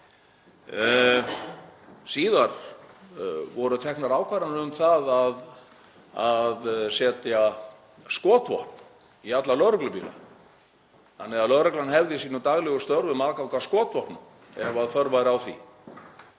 Síðar voru teknar ákvarðanir um það að setja skotvopn í alla lögreglubíla þannig að lögreglan hefði í sínum daglegu störfum aðgang að skotvopnum ef þörf væri á því.